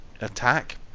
attack